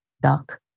Duck